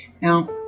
Now